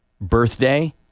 birthday